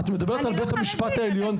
את מדברת על בית המשפט העליון,